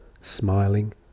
smiling